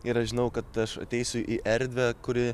ir aš žinau kad aš ateisiu į erdvę kuri